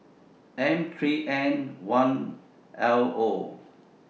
M three N one L Zero